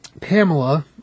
Pamela